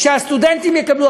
שהסטודנטים יקבלו.